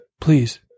Please